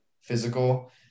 physical